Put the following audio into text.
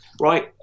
Right